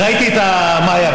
וראיתי את המאיה,